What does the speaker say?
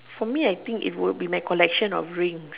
for me I think it would be my collection of rings